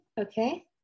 okay